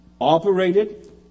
operated